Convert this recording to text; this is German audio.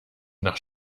nach